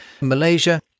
Malaysia